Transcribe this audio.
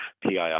PII